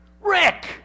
Rick